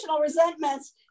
resentments